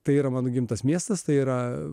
tai yra mano gimtas miestas tai yra